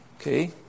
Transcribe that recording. Okay